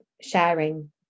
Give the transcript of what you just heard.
sharing